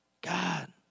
God